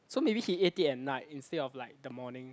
so maybe he ate it at night instead of like the morning